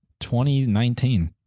2019